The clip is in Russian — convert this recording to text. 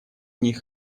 них